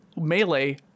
Melee